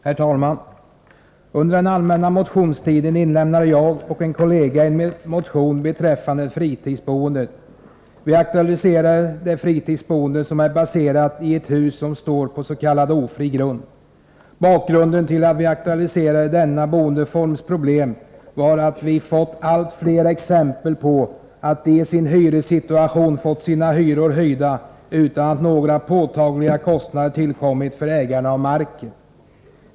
Herr talman! Under den allmänna motionstiden inlämnade jag och en kollega en motion beträffande fritidsboendet. Vi aktualiserade fritidsboendet i hus som står på s.k. ofri grund. Bakgrunden till att vi aktualiserade problemen med denna boendeform var att vi fått allt fler exempel på att de fritidsboende i sin hyressituation fått sina hyror höjda utan att några påtagliga kostnader tillkommit för ägarna av marken.